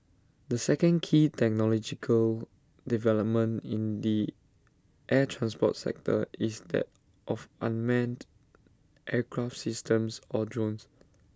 the second key technological development in the air transport sector is that of unmanned aircraft systems or drones